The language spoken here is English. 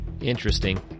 Interesting